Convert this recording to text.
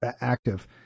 active